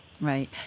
right